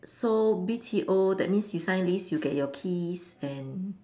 so B_T_O that means you sign lease you get your keys and